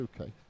okay